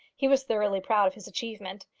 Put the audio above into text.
he was thoroughly proud of his achievement.